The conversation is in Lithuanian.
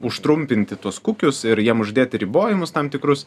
užtrumpinti tuos kukius ir jiem uždėti ribojimus tam tikrus